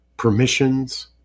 permissions